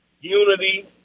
unity